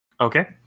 Okay